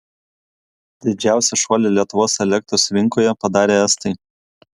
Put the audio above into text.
didžiausią šuolį lietuvos elektros rinkoje padarė estai